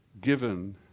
given